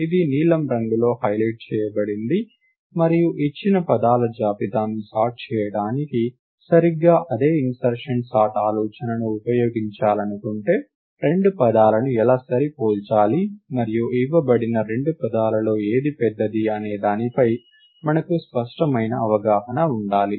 ఇది నీలం రంగులో హైలైట్ చేయబడింది మరియు ఇచ్చిన పదాల జాబితాను సార్ట్ చేయడానికి సరిగ్గా అదే ఇన్సర్షన్ సార్ట్ ఆలోచనను ఉపయోగించాలనుకుంటే రెండు పదాలను ఎలా సరిపోల్చాలి మరియు ఇవ్వబడిన రెండు పదాలలో ఏది పెద్దది అనే దానిపై మనకు స్పష్టమైన అవగాహన ఉండాలి